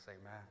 amen